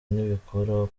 ntibikuraho